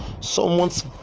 someone's